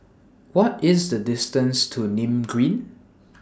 What IS The distance to Nim Green